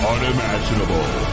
Unimaginable